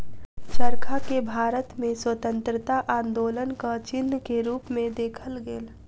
चरखा के भारत में स्वतंत्रता आन्दोलनक चिन्ह के रूप में देखल गेल